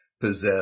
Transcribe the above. possess